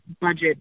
budget